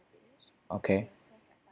okay